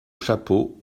chapeau